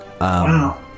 Wow